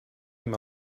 him